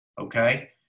okay